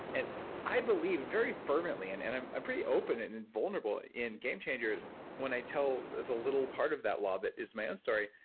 and i believe very fervently and and i'm i'm pretty open and and vulnerable in game changers when i tell the little part of that law that is my own story.